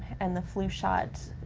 and the flu shot,